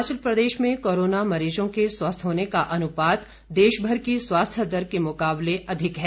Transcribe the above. हिमाचल प्रदेश में कोरोना मरीजों के स्वस्थ होने का अनुपात देश भर की स्वास्थ्य दर के मुकाबले अधिक है